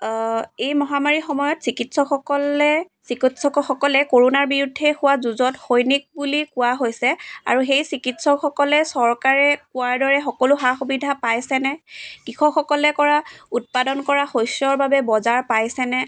এই মহামাৰী সময়ত চিকিৎসকসকলে চিকিৎসকসকলে কৰোণাৰ বিৰুদ্ধে হোৱা যুঁজত সৈনিক বুলি কোৱা হৈছে আৰু সেই চিকিৎসকসকলে চৰকাৰে কোৱাৰ দৰে সকলো সা সুবিধা পাইছেনে কৃষকসকলে কৰা উৎপাদন কৰা শস্যৰ বাবে বজাৰ পাইছেনে